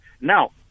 now